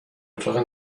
اتاق